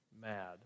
mad